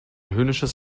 höhnisches